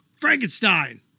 Frankenstein